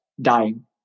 Dying